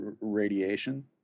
radiation